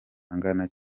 angana